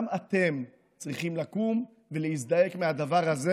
גם אתם צריכים לקום ולהזדעק מהדבר הזה,